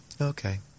Okay